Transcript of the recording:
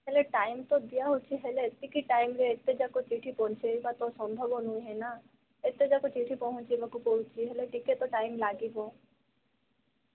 ହେଲେ ଟାଇମ ତ ଦିଆହେଉଛି ହେଲେ ଏତିକି ଟାଇମରେ ଏତେ ଯାକ ଚିଠି ପହଞ୍ଚାଇବା ତ ସମ୍ଭବ ନୁହେଁ ନା ଏତେଯାକ ଚିଠି ପହଞ୍ଚାଇବାକୁ ପଡ଼ୁଛି ହେଲେ ଟିକେ ତ ଟାଇମ ଲାଗିବ